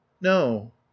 No